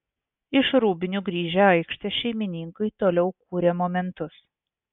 iš rūbinių grįžę aikštės šeimininkai toliau kūrė momentus